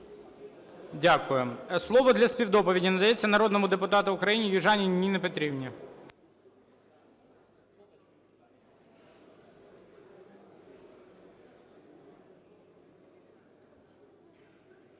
Дякую. Слово для співдоповіді надається народному депутату України Южаніній Ніні Петрівні.